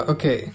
Okay